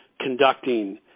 conducting